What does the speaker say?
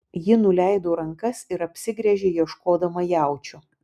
ji nuleido rankas ir apsigręžė ieškodama jaučio